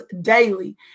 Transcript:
daily